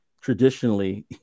traditionally